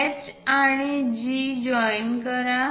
H आणि G join करा